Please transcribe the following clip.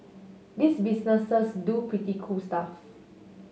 these businesses do pretty cool stuff